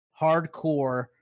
hardcore